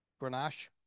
Grenache